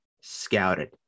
scouted